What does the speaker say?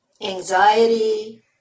anxiety